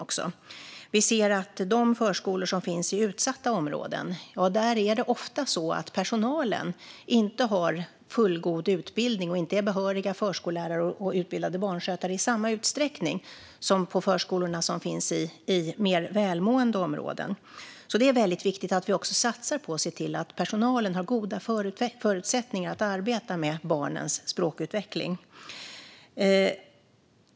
På förskolor i utsatta områden är det ofta så att personalen inte har fullgod utbildning och inte är behöriga förskollärare eller utbildade barnskötare i samma utsträckning som på förskolorna i mer välmående områden. Det är alltså väldigt viktigt att vi också satsar på att se till att personalen har goda förutsättningar att arbeta med barnens språkutveckling.